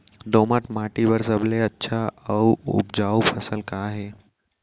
दोमट माटी बर सबले अच्छा अऊ उपजाऊ फसल का हे?